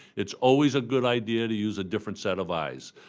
it's always a good idea to use a different set of eyes.